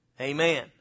Amen